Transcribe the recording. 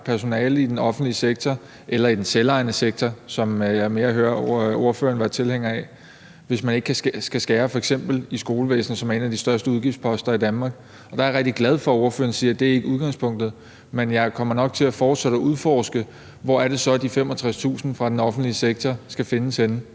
ansatte i den offentlige sektor – eller i den selvejende sektor, som jeg mere hører ordføreren var tilhænger af – eller hvis man ikke skal skære i f.eks. skolevæsenet, som er en af de største udgiftsposter i Danmark. Der er jeg rigtig glad for, at ordføreren siger, at det ikke er udgangspunktet. Men jeg kommer nok til fortsat at udforske, hvor det så er, de 65.000 fra den offentlige sektor skal findes henne.